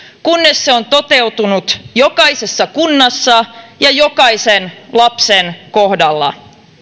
kunnes se on toteutunut jokaisessa kunnassa ja jokaisen lapsen kohdalla